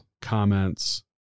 Comments